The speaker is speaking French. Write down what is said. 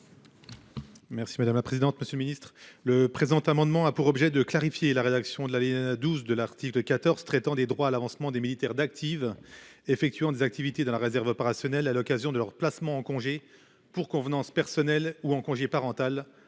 Merci madame la présidente. Monsieur le Ministre, le présent amendement a pour objet de clarifier la rédaction de la ligne 12 de l'article de 14 traitant des droits à l'avancement des militaires d'active effectuant des activités dans la réserve opérationnelle à l'occasion de leur placement en congé pour convenances personnelles ou en congé parental